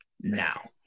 Now